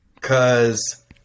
Cause